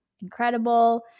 incredible